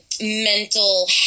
mental